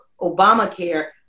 Obamacare